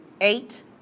eight